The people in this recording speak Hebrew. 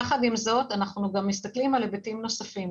יחד עם זאת, אנחנו גם מסתכלים על היבטים נוספים.